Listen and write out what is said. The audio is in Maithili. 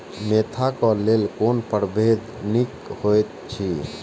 मेंथा क लेल कोन परभेद निक होयत अछि?